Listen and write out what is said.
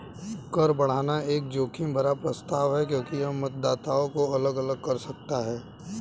कर बढ़ाना एक जोखिम भरा प्रस्ताव है क्योंकि यह मतदाताओं को अलग अलग कर सकता है